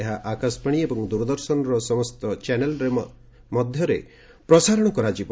ଏହା ଆକାଶବାଣୀ ଏବଂ ଦୂରଦର୍ଶନର ସମସ୍ତ ଚ୍ୟାନେଲ୍ ମାଧ୍ୟମରେ ପ୍ରସାରଣ କରାଯିବ